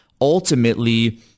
ultimately